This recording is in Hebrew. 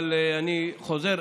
אבל אני חוזר,